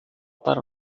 para